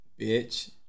Bitch